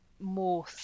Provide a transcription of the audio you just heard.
more